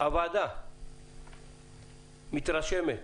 הוועדה מתרשמת